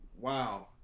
Wow